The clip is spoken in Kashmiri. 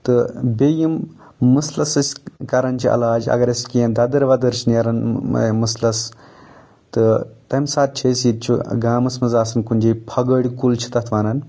تہٕ بیٚیہِ یِم مُسلَس أسۍ کَران چھِ علاج اگر أسۍ کیٚنٛہہ ددٕر ودٕر چھِ نیران مُسلس تہٕ تمہِ ساتہٕ چھِ أسۍ ییٚتہِ چھُ گامَس منٛز آسان کُنہِ جایہِ پھغٲڑۍ کُل چھِ تَتھ وَنان